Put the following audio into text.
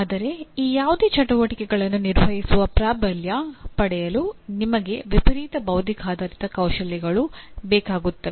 ಆದರೆ ಈ ಯಾವುದೇ ಚಟುವಟಿಕೆಗಳನ್ನು ನಿರ್ವಹಿಸುವ ಪ್ರಾಬಲ್ಯ ಪಡೆಯಲು ನಿಮಗೆ ವಿಪರೀತ ಬೌದ್ಧಿಕಾಧಾರಿತ ಕೌಶಲ್ಯಗಳು ಬೇಕಾಗುತ್ತವೆ